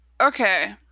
Okay